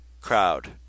crowd